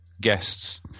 guests